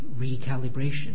recalibration